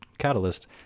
catalyst